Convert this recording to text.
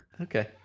Okay